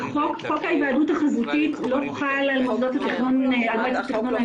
חוק ההיוועדות החזותית לא חל על מוסדות התכנון שם.